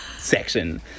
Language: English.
Section